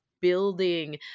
building